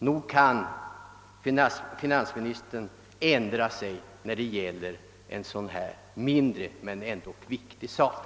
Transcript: Nog kan finansministern ändra sig när det gäller en sådan här liten men fördenskull för många medborgare ändå viktig sak.